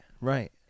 right